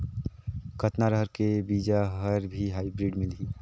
कतना रहर के बीजा हर भी हाईब्रिड मिलही?